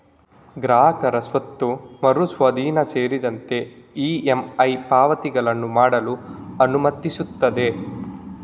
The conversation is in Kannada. ಗ್ರಾಹಕರು ಸ್ವತ್ತು ಮರು ಸ್ವಾಧೀನ ಸೇರಿದಂತೆ ಇ.ಎಮ್.ಐ ಪಾವತಿಗಳನ್ನು ಮಾಡಲು ಅನುಮತಿಸುತ್ತದೆ